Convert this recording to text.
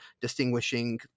distinguishing